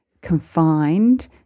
confined